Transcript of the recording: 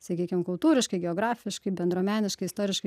sakykim kultūriškai geografiškai bendruomeniškai istoriškai